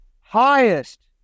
highest